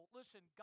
listen